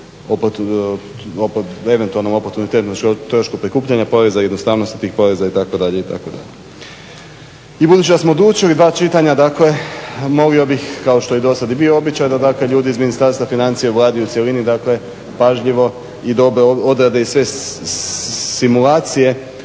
se ne razumije./… trošku prikupljanja poreza i jednostavnosti tih poreza itd. itd. I budući da smo odlučili dva čitanja, dakle molio bih kao što je i dosad i bio običaj, da dakle ljudi iz Ministarstva financija i u Vladi u cjelini pažljivo i dobro odrade sve simulacije